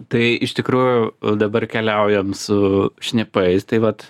tai iš tikrųjų dabar keliaujame su šnipais tai vat